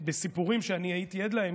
בסיפורים שאני הייתי עד להם,